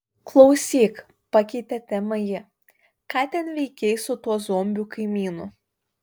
klausyk pakeitė temą ji ką ten veikei su tuo zombiu kaimynu